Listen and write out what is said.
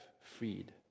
freed